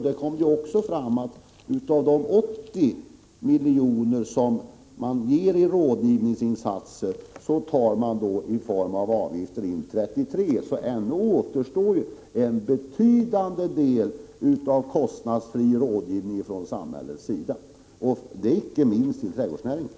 Då kom det fram att av de 80 miljoner som avsätts för rådgivningsinsatser får man in 33 miljoner via avgifter. Ännu är alltså en betydande del av rådgivningen från samhällets sida kostnadsfri. Det gäller icke minst trädgårdsnäringen.